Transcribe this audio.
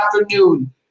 afternoon